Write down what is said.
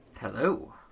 Hello